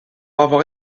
avoir